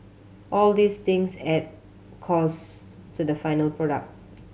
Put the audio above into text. all these things add costs to the final product